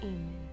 Amen